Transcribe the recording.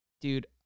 Dude